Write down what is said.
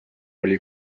oli